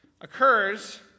occurs